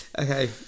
okay